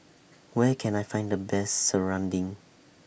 Where Can I Find The Best Serunding